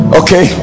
okay